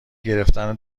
گرفتن